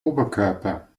oberkörper